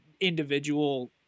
individual